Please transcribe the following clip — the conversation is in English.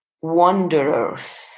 wanderers